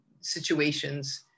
situations